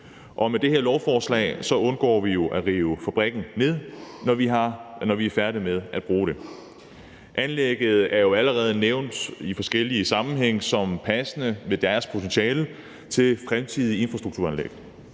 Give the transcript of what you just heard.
Med det her lovforslag undgår vi jo at rive fabrikken ned, når vi er færdige med at bruge den. Anlægget er jo allerede nævnt i forskellige sammenhænge som passende med deres potentiale til fremtidige infrastrukturanlæg.